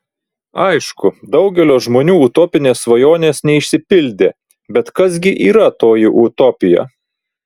aišku daugelio žmonių utopinės svajonės neišsipildė bet kas gi yra toji utopija